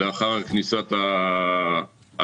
לאחר כניסת הצו,